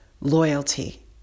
loyalty